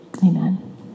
Amen